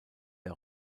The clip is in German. der